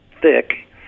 thick